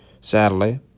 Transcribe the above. sadly